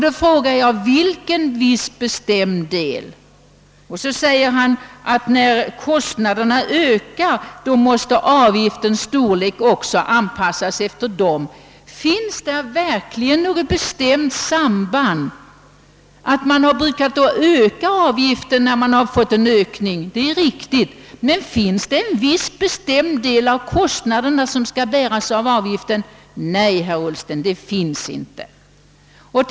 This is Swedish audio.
Då frågar jag: Vilken viss bestämd del? Vidare säger herr Ullsten: När kostnaderna ökar måste avgiftens storlek anpassas därefter. Finns här verkligen något bestämt samband? Att avgiften vanligen höjts, när kostnaderna ökat, är riktigt. Men skall en viss bestämd del av kostnaderna bäras av avgiften? Nej, herr Ullsten, det finns inget sådant beslut.